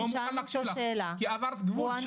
עברת גבול.